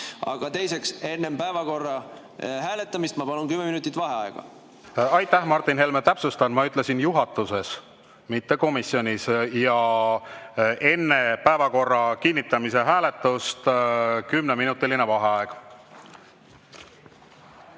Aga teiseks, enne päevakorra hääletamist ma palun kümme minutit vaheaega. Aitäh, Martin Helme! Ma täpsustan, et ütlesin "juhatuses", mitte "komisjonis". Ja võtan enne päevakorra kinnitamise hääletust kümneminutilise vaheaja.V